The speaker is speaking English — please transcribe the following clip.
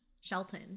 Shelton